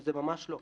זה ממש לא.